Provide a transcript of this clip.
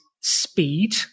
speed